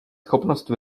schopnost